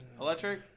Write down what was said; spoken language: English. Electric